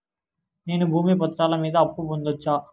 నేను భూమి పత్రాల మీద అప్పు పొందొచ్చా?